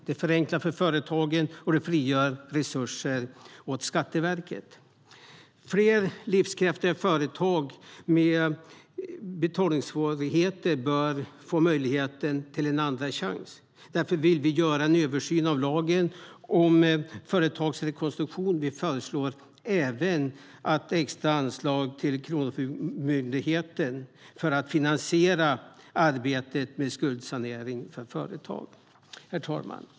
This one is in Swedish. Det förenklar för företagen, och det frigör resurser åt Skatteverket.Herr talman!